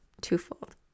twofold